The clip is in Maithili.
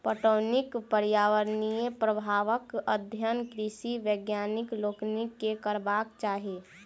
पटौनीक पर्यावरणीय प्रभावक अध्ययन कृषि वैज्ञानिक लोकनि के करबाक चाही